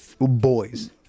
boys